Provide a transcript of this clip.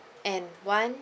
and one